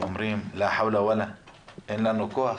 שאומרים: אין לנו כוח,